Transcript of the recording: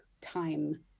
time